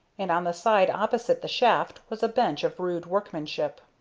and on the side opposite the shaft was a bench of rude workmanship.